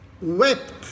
wept